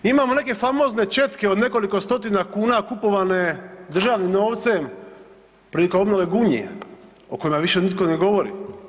Imamo neke famozne četke od nekoliko stotina kuna kupovane državnim novcem prilikom obnove Gunje o kojima više nitko ne govori.